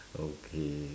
okay